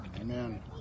Amen